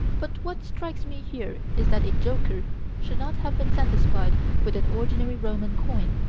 but what strikes me here is that a joker should not have been satisfied with an ordinary roman coin.